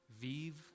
vive